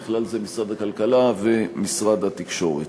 ובכלל זה משרד הכלכלה והתעשייה ומשרד התקשורת.